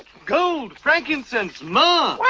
gold, frankincense, myrrh.